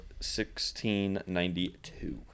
1692